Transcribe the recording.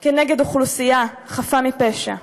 נגד אוכלוסייה חפה מפשע.